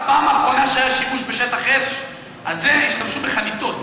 בפעם האחרונה שהיה שימוש בשטח האש הזה השתמשו בחניתות,